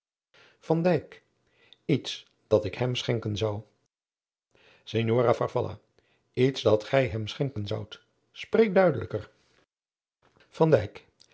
iets dat ik hem schenken zou signora farfalla iets dat gij hem schenken zoudt spreek duidelijker